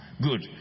Good